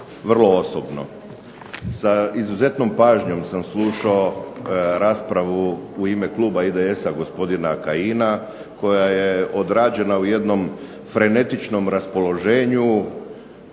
vrlo osobno. Sa izuzetnom pažnjom sam slušao raspravu u ime kluba IDS-a gospodina Kajina koja je odrađena u jednom frenetičnom raspoloženju,